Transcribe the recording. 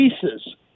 pieces